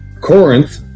Corinth